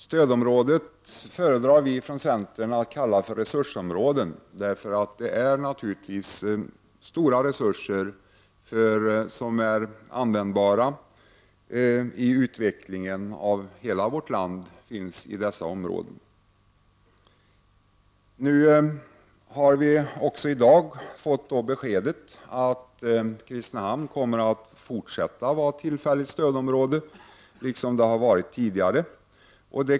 Stödområden föredrar vi i centern kalla för resursområden, därför att det naturligtvis finns stora resurser som är användbara i utvecklingen av vårt land i dessa regioner. Vi har fått beskedet i dag att Kristinehamn kommer att fortsätta att vara ett tillfälligt stödområde, liksom det har varit tidigare.